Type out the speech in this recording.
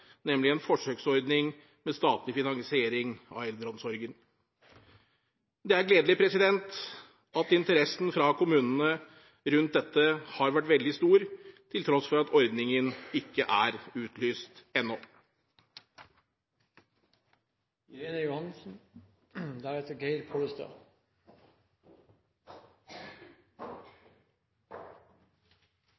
nemlig en forsøksordning med statlig finansiering av eldreomsorgen. Det er gledelig at interessen fra kommunene rundt dette har vært veldig stor, til tross for at ordningen ikke er utlyst